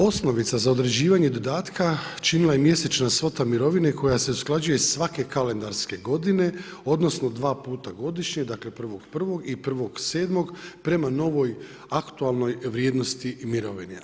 Osnovica za određivanje dodatka činila je mjesečna svota mirovine koja se usklađuje svake kalendarske godine odnosno dva puta godišnje, dakle 1.1. i 1.7. prema novoj aktualnoj vrijednosti mirovine.